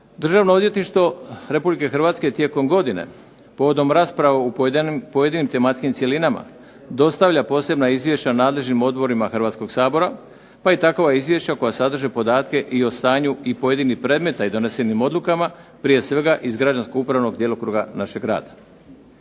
Državno odvjetništvo RH tijekom godine, povodom rasprava u pojedinim tematskim cjelinama dostavlja posebna izvješća nadležnim odborima Hrvatskog sabora pa i takova izvješća koja sadrže podatke i o stanju i pojedinih predmeta i donesenim odlukama, prije svega iz građansko-upravnog djelokruga našeg rada.